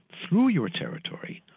through your territory.